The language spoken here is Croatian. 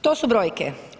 To su brojke.